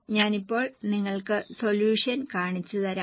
ഞാൻ ഇപ്പോൾ നിങ്ങൾക്ക് സൊല്യൂഷൻ കാണിച്ചുതരാം